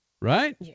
Right